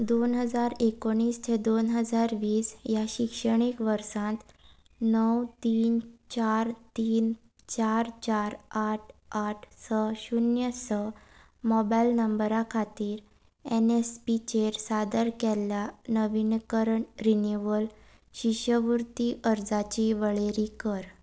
दोन हजार एकोणीस ते दोन हजार वीस ह्या शिक्षणीक वर्सांत णव तीन चार तीन चार चार आठ आठ स शुन्य स मोबायल नंबरा खातीर एन एस पीचेर सादर केल्ल्या नविनकरण रिनुवल शिश्यवृत्ती अर्जाची वळेरी कर